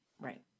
right